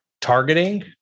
targeting